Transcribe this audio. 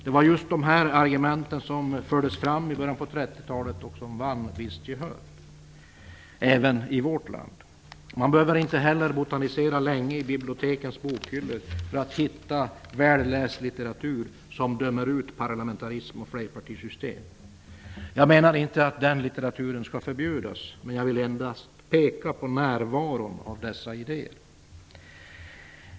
Det var just de här argumenten som fördes fram i början av 30-talet och som vann ett visst gehör även i vårt land. Man behöver inte heller botanisera länge i bibliotekens bokhyllor för att hitta väl läst littertur som dömer ut parlamentarism och flerpartisystem. Jag menar inte att den litteraturen skall förbjudas -- jag vill endast peka på närvaron av dessa idéer.